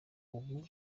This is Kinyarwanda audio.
ubu